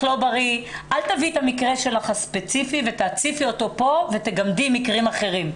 אל תביאי את המקרה שלך הספציפי ותציפי אותו כאן ותגמדי מקרים אחרים.